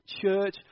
church